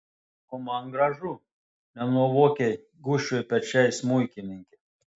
o man gražu nenuovokiai gūžčiojo pečiais smuikininkė